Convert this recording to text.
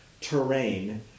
terrain